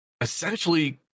essentially